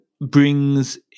brings